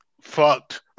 fucked